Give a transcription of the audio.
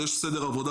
יש סדר עבודה